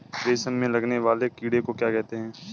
रेशम में लगने वाले कीड़े को क्या कहते हैं?